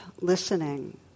listening